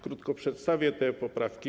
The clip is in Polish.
Krótko przedstawię te poprawki.